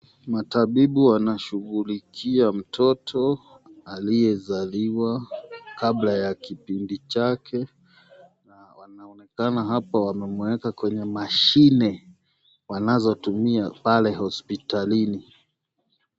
Matabibu wanashughulikia mtoto, aliyezaliwa kabla ya kipindi chake na wanaonekana hapo wamemueka kwenye mashini wanazotumia pale hospitalini.